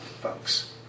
folks